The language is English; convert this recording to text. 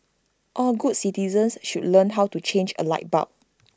all good citizens should learn how to change A light bulb